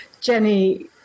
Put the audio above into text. Jenny